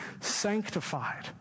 sanctified